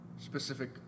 Specific